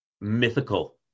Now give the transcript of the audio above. mythical